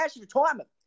retirement